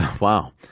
Wow